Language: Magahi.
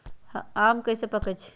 आम कईसे पकईछी?